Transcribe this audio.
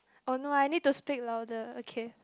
oh no I need to speak louder okay